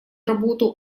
работу